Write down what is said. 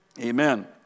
Amen